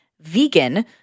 vegan